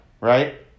right